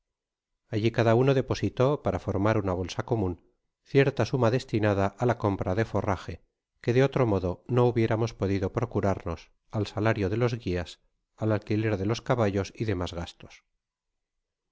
allji cada uno depositó para formar una bolsa comun cierta suma destinada á la compra do forraje que de otro modo no hubiéramos podido procurarnos al salario de los guias al alquiler de los caballos y demas gastos